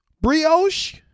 Brioche